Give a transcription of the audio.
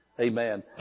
Amen